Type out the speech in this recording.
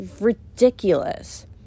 ridiculous